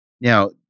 Now